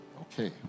Okay